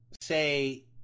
say